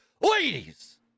ladies